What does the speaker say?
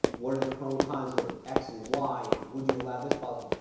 what are the pros and cons of x and y? and would you allow this policy?